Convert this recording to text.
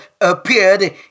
appeared